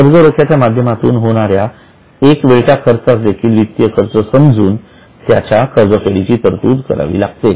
कर्जरोख्याच्या माध्यमातून होणाऱ्या एकवेळच्या खर्चास देखील वित्तीय खर्च समजून त्या कर्जफेडीची तरतूद करावी लागते